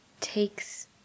takes